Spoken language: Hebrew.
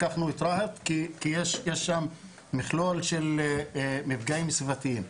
לקחנו את רהט כי יש שם מכלול של מפגעים סביבתיים.